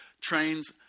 trains